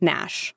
Nash